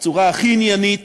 בצורה הכי עניינית